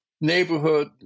neighborhood